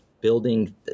building